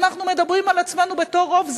אנחנו מדברים על עצמנו בתור רוב,